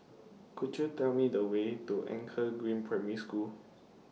Could YOU Tell Me The Way to Anchor Green Primary School